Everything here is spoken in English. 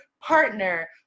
partner